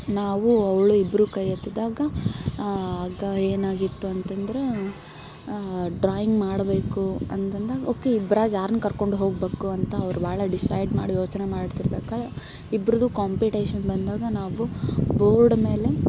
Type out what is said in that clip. ನಾವು ಅವಳು ಇಬ್ಬರು ಕೈ ಎತ್ತಿದಾಗ ಆಗ ಏನಾಗಿತ್ತು ಅಂತಂದ್ರ ಡ್ರಾಯಿಂಗ್ ಮಾಡಬೇಕು ಅಂತಂದಾಗ ಓಕೆ ಇಬ್ರಾಗ ಯಾರನ್ನ ಕರ್ಕೊಂಡು ಹೋಗಬೇಕು ಅಂತ ಅವ್ರು ಭಾಳ ಡಿಸೈಡ್ ಮಾಡಿ ಯೋಚನೆ ಮಾಡ್ತಿರ್ಬೇಕಾರೆ ಇಬ್ಬರೂದು ಕಾಂಪಿಟೇಷನ್ ಬಂದಾಗ ನಾವು ಬೋರ್ಡ್ ಮೇಲೆ